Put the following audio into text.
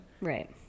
right